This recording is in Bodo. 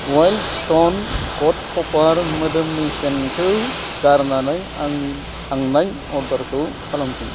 वायल्द स्टन कड कपार मोदोमनि सेन्टखौ गारनानै आंनि थांनाय अर्डारखौ खालामफिन